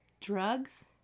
Drugs